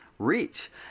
reach